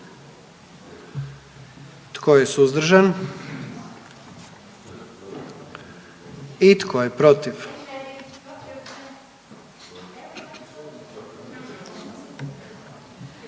Tko je suzdržan? I tko je protiv?